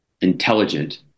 intelligent